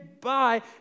bye